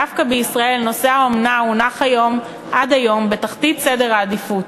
דווקא בישראל נושא האומנה הונח עד היום בתחתית סדר העדיפויות.